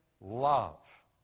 love